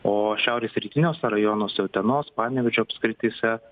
o šiaurės rytiniuose rajonuose utenos panevėžio apskrityse